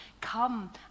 come